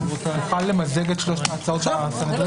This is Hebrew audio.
ולצוות כמובן, תודה.